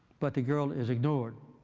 but the girl is ignored.